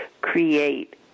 create